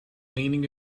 leaning